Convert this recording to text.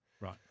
Right